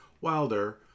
Wilder